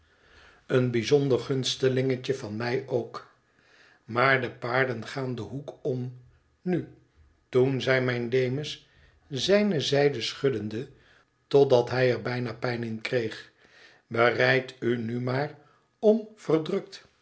een bijzonder gunstelingetje van mij ook maar de paarden gaan den hoek om nu toen zei mijn demus zijne zijden schuddende totdat hij er bijna pijn in kreeg bereid u nu maar om